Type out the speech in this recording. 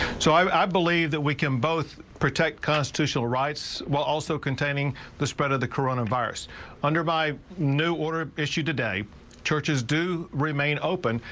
so i i believe that we can both protect constitutional rights while also containing the spread of the coronavirus under my new order issued a day churches do remain open,